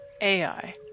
Ai